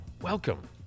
Welcome